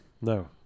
no